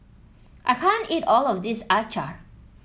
I can't eat all of this Acar